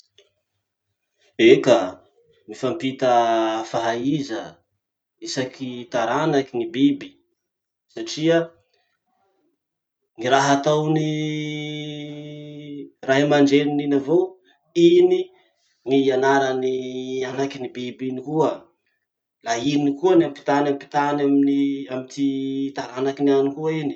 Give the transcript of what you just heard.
Eka, mifampita fahaiza isaky taranaky gny biby satria gny raha ataon'ny ray aman-dreniny iny avao, iny ny ianaran'ny anakin'ny biby iny koa. La iny koa ny ampitany ampitany amin'ny amy ty taranaky any koa iny.